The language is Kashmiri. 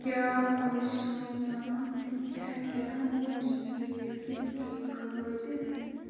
کیٛاہ اَز شام تام ہیٚکیٛاہ مورٹیٖن ریٹ کِل کیک وٲتِتھ